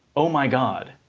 oh my god!